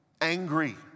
angry